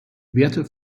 werte